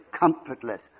comfortless